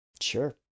Sure